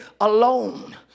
alone